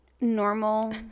normal